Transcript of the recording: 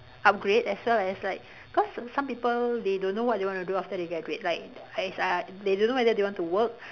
upgrade as well as like because some people they do not know what they want to do after they graduate like they don't know whether they want to work